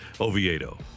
Oviedo